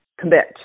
Commit